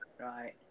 right